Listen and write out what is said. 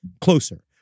closer